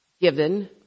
given